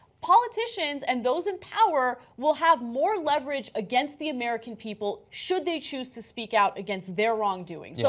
politicians and those in power will have more leverage against the american people should they choose to speak out against their wrongdoing. so